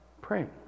praying